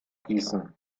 gießen